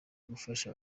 gufasha